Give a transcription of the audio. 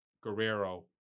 Guerrero